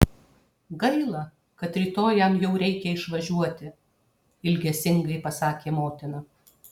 gaila kad rytoj jam jau reikia išvažiuoti ilgesingai pasakė motina